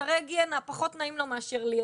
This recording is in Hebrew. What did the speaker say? מוצרי היגיינה, פחות נעים לו מאשר לי.